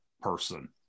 person